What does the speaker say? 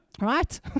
Right